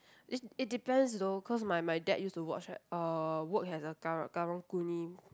it it depends though cause my my dad used to watch uh work as a karang karung-guni